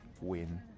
win